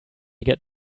get